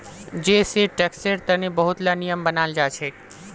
जै सै टैक्सेर तने बहुत ला नियम बनाल जाछेक